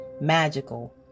magical